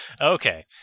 Okay